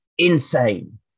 Insane